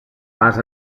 pas